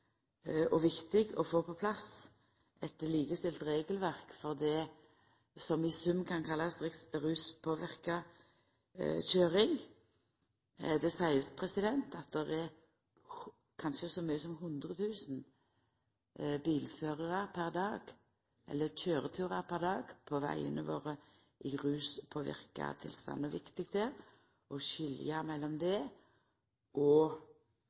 og viktig å få på plass eit likestilt regelverk for det som i sum kan kallast «ruspåverka køyring». Det blir sagt at det kanskje er så mange som 100 000 køyreturar kvar dag som skjer i ruspåverka tilstand på vegane våre, og det er viktig å skilja mellom dette og